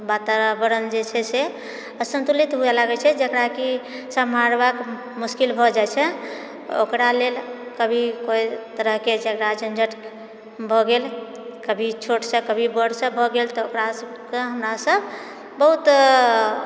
वातावरण जेछेै से असन्तुलित हुए लागै छै जेकराकि सम्हारबाक मुश्किल भए जाइत छै ओकरालेल कभी कोइ तरहकेँ झगड़ा झंझट भए गेल कभी छोटसँ कभी बड़सँ भए गेल तऽ ओकरा सबके हमरा सब बहुत